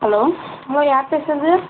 hello அம்மா யார் பேசுகிறது